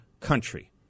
country